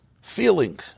Feeling